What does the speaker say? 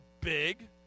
big